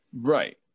Right